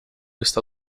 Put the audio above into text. está